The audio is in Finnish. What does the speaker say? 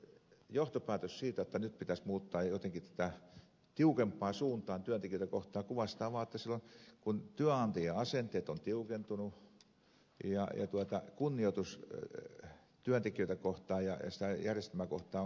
johtopäätös siitä jotta nyt pitäisi muuttaa jotenkin tätä tiukempaan suuntaan työntekijöitä kohtaan kuvastaa vaan sitä jotta työnantajien asenteet ovat tiukentuneet ja kunnioitus työntekijöitä kohtaan ja sitä järjestelmää kohtaan on vähentynyt